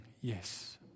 yes